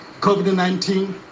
COVID-19